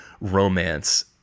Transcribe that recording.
romance